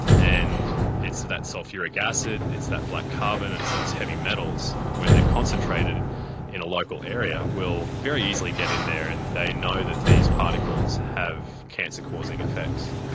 and it's that sulphuric acid, it's that black carbon, it's those heavy metals, when they're concentrated in a local area will very easily get in there. and they know that these particles have cancer causing effects.